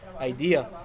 idea